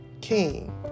King